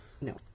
No